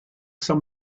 some